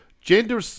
gender